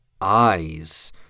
eyes